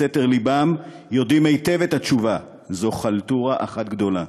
בסתר לבם יודעים היטב את התשובה: זו חלטורה אחת גדולה.